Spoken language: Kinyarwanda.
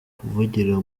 kuvugira